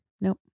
Nope